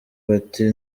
bati